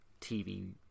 TV